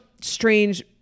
strange